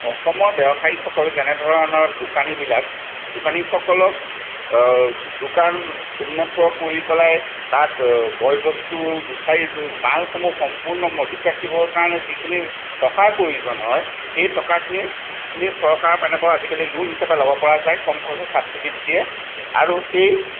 অসমৰ ব্যৱসায়ীসকল যেনেধৰণৰ দোকানীবিলাক দোকানীসকলক দোকান উন্নত কৰি পেলাই তাত বয় বস্তু গুচাই মালসমূহ সম্পূৰ্ণ মজুদ ৰাখিবৰ কাৰণে যিখিনি টকাৰ প্ৰয়োজন হয় সেই টকাখিনি এনে চৰকাৰৰ পেনৰ পৰা আজিকালি লোন হিচাপে ল'ব পৰা যায় কম খৰচত ছাবছিডিত দিয়ে আৰু সেই